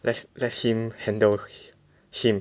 let let him handle him